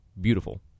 beautiful